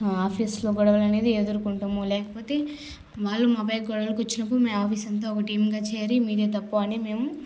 ఆఫీసులో గొడవలనేది ఎదుర్కొంటాము లేకపోతే వాళ్లు మాపై గొడవలకి వచ్చినప్పుడు మేము ఆఫీసంతా ఒక టీముగా చేరి మీదే తప్పు అని మేము